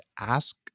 ask